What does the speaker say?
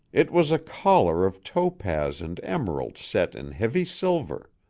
it was a collar of topaz and emerald set in heavy silver.